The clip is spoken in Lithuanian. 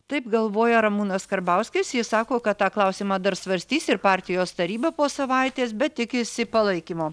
taip galvoja ramūnas karbauskis jis sako kad tą klausimą dar svarstys ir partijos taryba po savaitės bet tikisi palaikymo